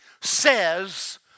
says